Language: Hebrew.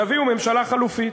תביאו ממשלה חלופית.